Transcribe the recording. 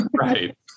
Right